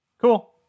cool